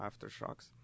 aftershocks